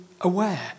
aware